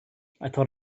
thought